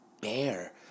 bear